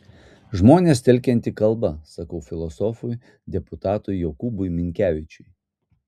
žmones telkianti kalba sakau filosofui deputatui jokūbui minkevičiui